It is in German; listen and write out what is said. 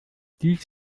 dies